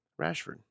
Rashford